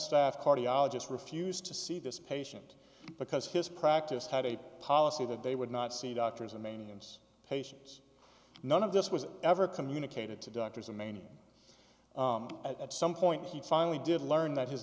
staff cardiologist refused to see this patient because his practice had a policy that they would not see doctors and maintenance patients none of this was ever communicated to doctors in mania at some point he finally did learn that his